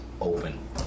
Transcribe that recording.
open